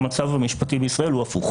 המצב המשפטי בישראל הוא הפוך